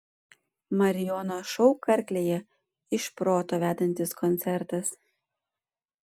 marijono šou karklėje iš proto vedantis koncertas